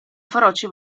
feroci